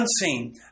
unseen